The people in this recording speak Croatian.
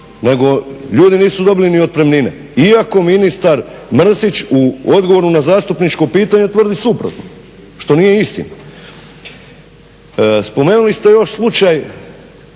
nego ljudi nisu dobili ni otpremnine. Iako ministar Mrsić u odgovoru na zastupničko pitanje tvrdi suprotno što nije istina. Spomenuli ste još slučaj,